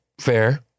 Fair